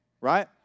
Right